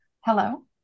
Hello